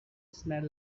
smell